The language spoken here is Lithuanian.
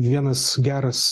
vienas geras